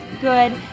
good